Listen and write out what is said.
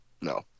No